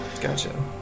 Gotcha